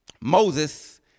Moses